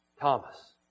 Thomas